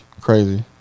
Crazy